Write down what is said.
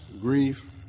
grief